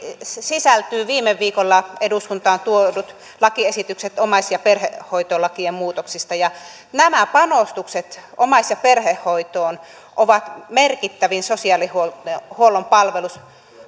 sisältyvät viime viikolla eduskuntaan tuodut lakiesitykset omais ja perhehoitolakien muutoksista nämä panostukset omais ja perhehoitoon ovat merkittävin sosiaalihuollon palvelujen